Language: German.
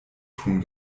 tun